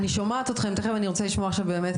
תאמינו לי שאני הייתי המון בעניינים